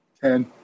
ten